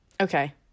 Okay